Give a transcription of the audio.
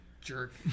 Jerk